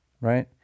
right